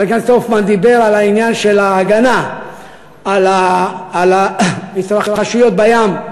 חבר הכנסת הופמן דיבר על העניין של ההגנה על ההתרחשויות בים.